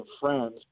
friends